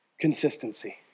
consistency